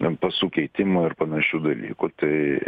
ten pasų keitimo ir panašių dalykų tai